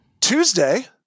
Tuesday